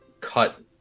cut